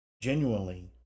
genuinely